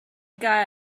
guy